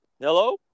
Hello